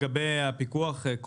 לגבי הפיקוח,